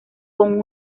con